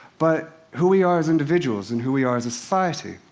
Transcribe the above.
but who we are as individuals, and who we are as a society.